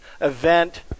event